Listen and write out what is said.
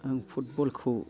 आं फुटबलखौ